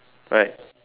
right